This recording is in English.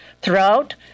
throughout